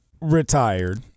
retired